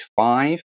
five